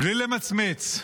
בלי למצמץ,